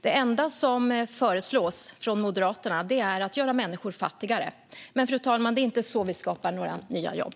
Det enda som föreslås från dem är att man ska göra människor fattigare. Men, fru talman, det är inte så vi skapar nya jobb.